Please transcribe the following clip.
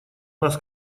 нас